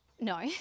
no